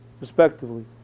respectively